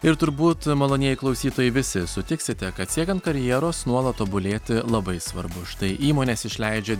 ir turbūt malonieji klausytojai visi sutiksite kad siekiant karjeros nuolat tobulėti labai svarbu štai įmonės išleidžia